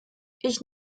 ich